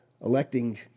electing